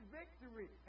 victory